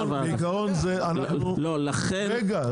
-- רגע,